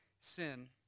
sin